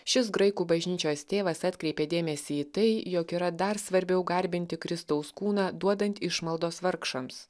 šis graikų bažnyčios tėvas atkreipė dėmesį į tai jog yra dar svarbiau garbinti kristaus kūną duodant išmaldos vargšams